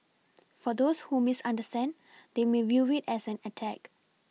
for those who misunderstand they may view it as an attack